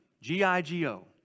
G-I-G-O